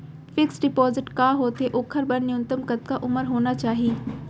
Fix deposit का होथे ओखर बर न्यूनतम कतका उमर होना चाहि?